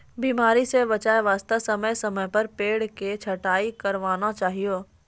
बीमारी स बचाय वास्तॅ समय समय पर पेड़ के छंटाई करवाना चाहियो